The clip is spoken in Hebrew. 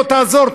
בוא תעזור,